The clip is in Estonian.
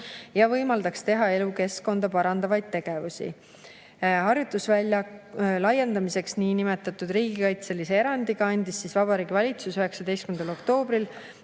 ja võimaldaks teha elukeskkonda parandavaid tegevusi. Harjutusvälja laiendamiseks andis niinimetatud riigikaitselise erandiga Vabariigi Valitsus 19. oktoobril